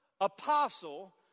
apostle